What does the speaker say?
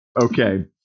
Okay